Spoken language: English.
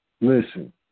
Listen